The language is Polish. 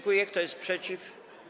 Kto jest przeciw?